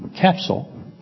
capsule